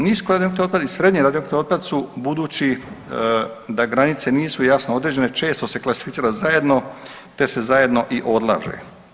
Nisko radioaktivni otpad i srednje radioaktivni otpad su, budući da granice nisu jasno određene, često se klasificira zajedno, te se zajedno i odlaže.